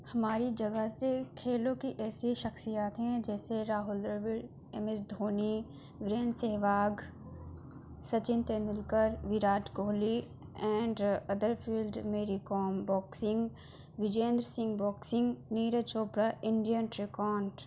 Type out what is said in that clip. ہماری جگہ سے کھیلوں کی ایسی شخصیات ہیں جیسے Rahul Dravid M S Dhoni Virender Sehwag Sachin Tendulkar Virat Kohli and other field Mary Kom boxing Vijender Singh boxing Neeraj Chopra Indian ٹریکانٹ